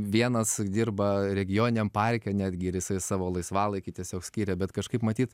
vienas dirba regioniniam parke netgi ir jisai savo laisvalaikį tiesiog skiria bet kažkaip matyt